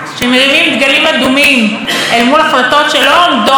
שלא עומדות בקנה אחד עם טובת הציבור,